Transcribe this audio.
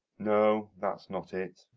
no that's not it.